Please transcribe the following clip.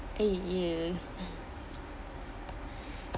!eeyer!